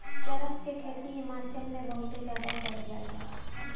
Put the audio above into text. चरस क खेती हिमाचल में बहुते जादा कइल जाला